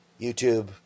YouTube